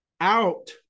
out